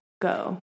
go